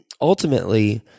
ultimately